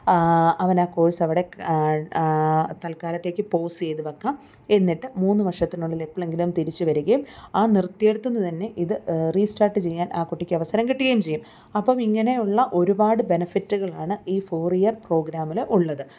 അവൻ ആ കോഴ്സ് അവിടെ തൽക്കാലത്തേക്ക് പോസ് ചെയ്തു വയ്ക്കാം എന്നിട്ട് മൂന്നു വർഷത്തിനുള്ളിൽ എപ്പോഴെങ്കിലും തിരിച്ചു വരികയും ആ നിർത്തിയ അടുത്ത് നിന്ന് തന്നെ ഇത് റീസ്റ്റാട്ട് ചെയ്യാൻ ആ കുട്ടിക്ക് അവസരം കിട്ടുകയും ചെയ്യും അപ്പം ഇങ്ങനെയുള്ള ഒരുപാട് ബെനഫിറ്റുകളാണ് ഈ ഫോർ ഇയർ പ്രോഗ്രാമിൽ ഉള്ളത്